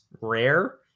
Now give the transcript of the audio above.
rare